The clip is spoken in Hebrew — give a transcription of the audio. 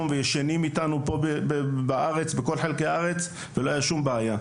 וישנים איתנו פה בכל חלקי הארץ ולא היה שום בעיה.